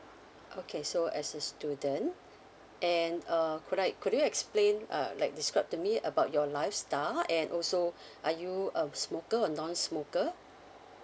okay so as a student and uh could I could you explain uh like describe to me about your lifestyle and also are you a smoker or non smoker